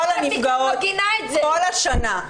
כל הנפגעות, כל השנה.